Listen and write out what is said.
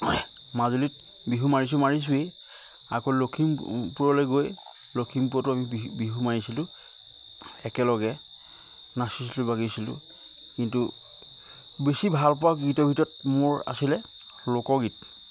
মাজুলীত বিহু মাৰিছোঁ মাৰিছোঁৱেই আকৌ লখিমপুৰলৈ গৈ লখিমপুৰতো আমি বিহু বিহু মাৰিছিলোঁ একেলগে নাচিছিলোঁ বাগিছিলোঁ কিন্তু বেছি ভালপোৱা গীতৰ ভিতৰত মোৰ আছিলে লোকগীত